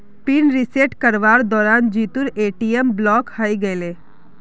pin reset करवार दौरान जीतूर ए.टी.एम ब्लॉक हइ गेले